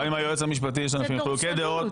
גם עם היועץ המשפטי יש לנו חילוקי דעות,